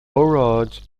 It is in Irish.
óráid